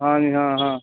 ਹਾਂਜੀ ਹਾਂ ਹਾਂ